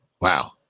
Wow